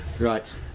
Right